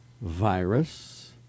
virus